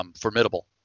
formidable